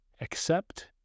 accept